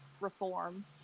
reform